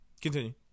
Continue